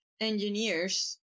engineers